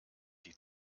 die